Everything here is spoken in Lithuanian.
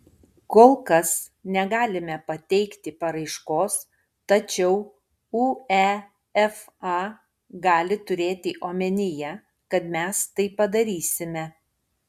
kol kas negalime pateikti paraiškos tačiau uefa gali turėti omenyje kad mes tai padarysime